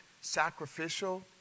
sacrificial